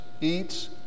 eats